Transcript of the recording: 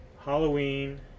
Halloween